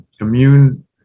immune